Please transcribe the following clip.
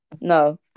No